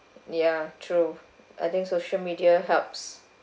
ya true I think social media helps